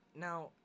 Now